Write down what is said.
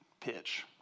pitch